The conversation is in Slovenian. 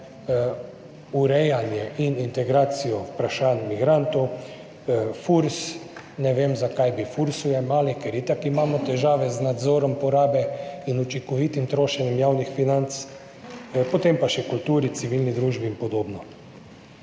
urejanje in integracijo vprašanj migrantov, Furs, ne vem, zakaj bi Fursu jemali, ker itak imamo težav z nadzorom porabe in učinkovitim trošenjem javnih financ, potem pa še kulturi, civilni družbi in podobno.